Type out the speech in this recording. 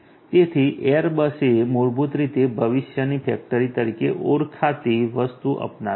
તેથી એરબસે મૂળભૂત રીતે ભવિષ્યની ફેક્ટરી તરીકે ઓળખાતી વસ્તુ અપનાવી છે